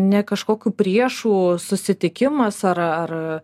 ne kažkokių priešų susitikimas ar ar